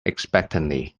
expectantly